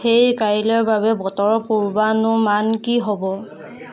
হেই কাইলৈৰ বাবে বতৰৰ পূৰ্বানুমান কি হ'ব